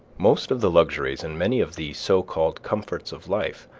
most of the luxuries, and many of the so-called comforts of life,